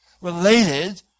related